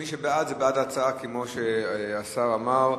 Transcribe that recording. מי שבעד, בעד ההצעה, כמו שהשר אמר,